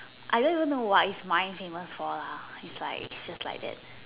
I don't even know what's its my famous for lah is like its just like that